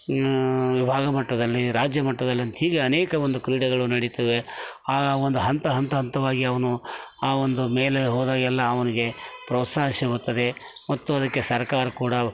ವಿಭಾಗ ಮಟ್ಟದಲ್ಲಿ ರಾಜ್ಯ ಮಟ್ಟದಲ್ಲಿ ಅಂತ ಹೀಗೆ ಅನೇಕ ಒಂದು ಕ್ರೀಡೆಗಳು ನಡೀತವೆ ಆ ಒಂದು ಹಂತ ಹಂತ ಹಂತವಾಗಿ ಅವನು ಆ ಒಂದು ಮೇಲೆ ಹೋದಾಗೆಲ್ಲ ಅವನಿಗೆ ಪ್ರೋತ್ಸಾಹ ಸಿಗುತ್ತದೆ ಮತ್ತು ಅದಕ್ಕೆ ಸರ್ಕಾರ ಕೂಡ